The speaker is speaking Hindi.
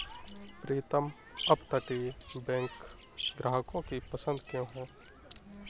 प्रीतम अपतटीय बैंक ग्राहकों की पसंद क्यों है?